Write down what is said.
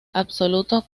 absoluto